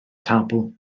tabl